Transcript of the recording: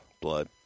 Blood